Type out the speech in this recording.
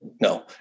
No